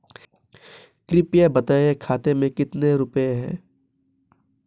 कृपया बताएं खाते में कितने रुपए हैं?